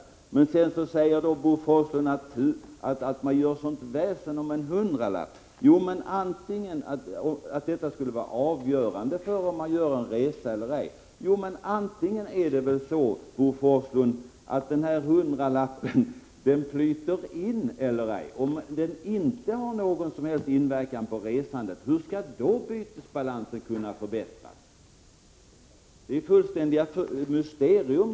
Bo Forslund förvånar sig över att vi för sådant väsen om en hundralapp och säger att det inte kan vara avgörande för om man gör en resa eller ej. Men det är väl så, Bo Forslund, att antingen flyter den här hundralappen in till statskassan eller också gör den det inte. Om höjningen inte har någon inverkan på resandet — hur skall bytesbalansen då kunna förbättras? Det är ett fullständigt mysterium.